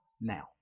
now